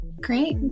Great